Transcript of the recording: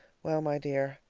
well, my dear,